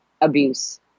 abuse